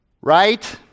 right